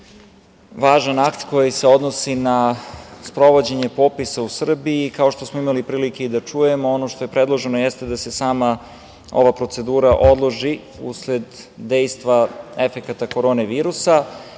važan akt koji se odnosi na sprovođenje popisa u Srbiji. Kao što smo imali prilike da čujemo, ono što je predloženo jeste da se sama ova procedura odloži usled dejstva efekata korona virusa